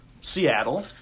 Seattle